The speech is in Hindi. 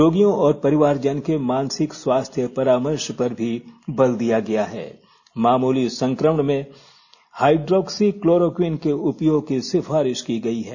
रोगियों और परिवारजन के मानसिक स्वास्थ्य परामर्श पर भी बल दिया गया है मामुली संक्रमण में हाइड्रोक्सीक्लोरोक्विन के उपयोग की सिफारिश की गई है